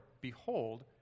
Behold